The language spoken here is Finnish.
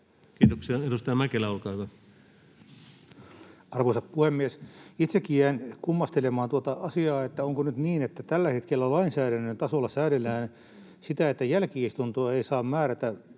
muuttamisesta Time: 17:37 Content: Arvoisa puhemies! Itsekin jäin kummastelemaan, että onko nyt niin, että tällä hetkellä lainsäädännön tasolla säädellään sitä, että jälki-istuntoa ei saa määrätä